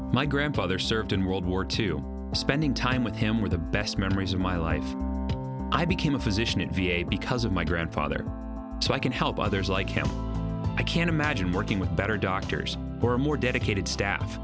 my grandfather served in world war two spending time with him were the best memories of my life i became a physician in v a because of my grandfather so i can help others like him i can't imagine working with better doctors or more dedicated staff